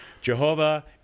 Jehovah